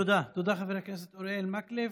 תודה, חבר הכנסת מקלב.